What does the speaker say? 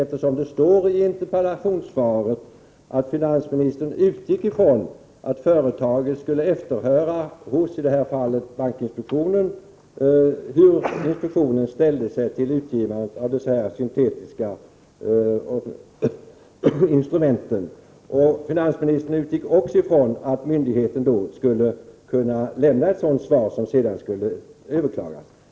I interpellationssvaret säger finansministern att han utgick från att företaget i detta fall skulle efterhöra hos bankinspektionen hur denna ställde sig till utgivandet av de nämnda syntetiska instrumenten. Finansministern utgick också från att myndigheten då skulle kunna lämna ett besked, som företaget sedan skulle ha rätt att överklaga.